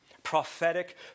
prophetic